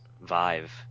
Vive